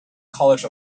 college